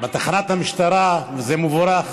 בתחנת המשטרה, וזה מבורך.